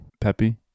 Peppy